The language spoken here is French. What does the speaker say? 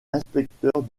inspecteur